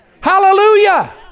Hallelujah